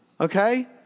Okay